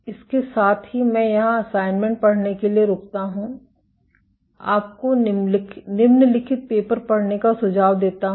इसके साथ ही मैं यहाँ असाइनमेंट पढ़ने के लिए रुकता हूँ मैं आपको निम्नलिखित पेपर पढ़ने का सुझाव देता हूँ